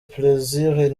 plaisir